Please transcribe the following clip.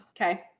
Okay